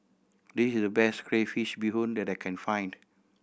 this is the best crayfish beehoon that I can find